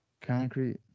Concrete